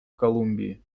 колумбии